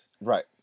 Right